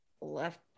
left